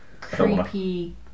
creepy